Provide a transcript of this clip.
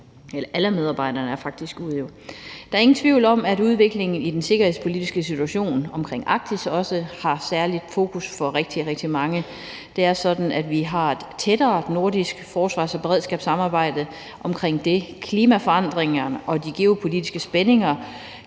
alle medarbejderne er jo ude. Der er ingen tvivl om, at udviklingen i den sikkerhedspolitiske situation omkring Arktis også har et særligt fokus for rigtig, rigtig mange. Og vi har et tættere nordisk forsvars- og beredskabssamarbejde omkring det. Klimaforandringerne og de geopolitiske spændinger